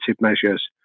measures